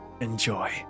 Enjoy